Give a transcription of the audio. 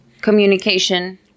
communication